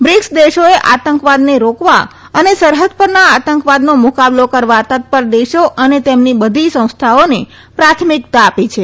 BRICS દેશોએ આતંકવાદને રોકવા અને સરહદ પરના આતંકવાદનો મુકાબલો કરવા તત્પર દેશો અને તેમની બધી સંસ્થાઓને પ્રાથમિકતા આપી છે